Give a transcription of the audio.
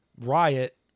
riot